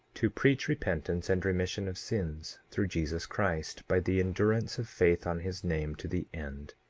to preach repentance and remission of sins through jesus christ, by the endurance of faith on his name to the end.